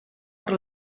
per